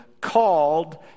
called